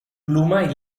pluma